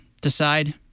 decide